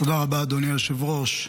תודה רבה, אדוני היושב-ראש.